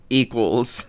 equals